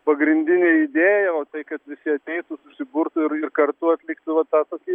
pagrindinė idėja o tai kad visi ateitų susiburtų ir ir kartu atliktų va tą tokį